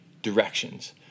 Directions